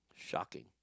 Shocking